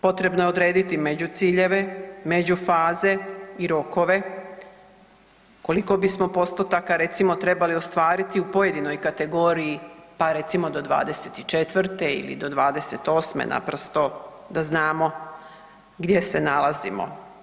Potrebno je odrediti međuciljeve, međufaze i rokove koliko bismo postotka recimo trebali ostvariti u pojedinoj kategoriji pa recimo do '24.-te ili do '28.-me naprosto da znamo gdje se nalazimo.